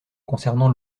concernant